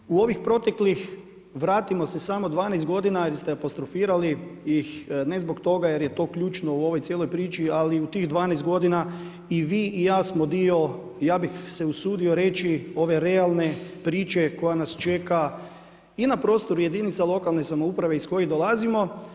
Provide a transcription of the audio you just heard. Dakle, u ovih proteklih, vratimo se samo 12 g. jer ste apostrofirali ih, ne zbog toga jer je to ključno u ovoj cijeloj priči, ali u tih 12 g. i vi i ja smo dio, ja bih se usudio reći ove realne priče, koja nas čeka i na prostoru jedinica lokalne samouprave iz kojih dolazimo.